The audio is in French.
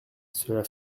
cela